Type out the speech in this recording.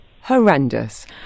horrendous